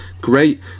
great